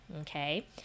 okay